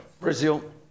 Brazil